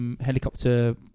helicopter